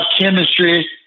chemistry